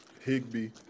Higby